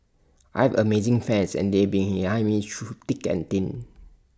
I've amazing fans and they've been behind me through thick and thin